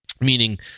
Meaning